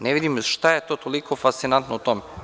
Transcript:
Ne vidim šta je to toliko fascinantno u tome.